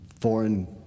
foreign